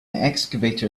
excavator